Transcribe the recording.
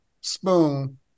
Spoon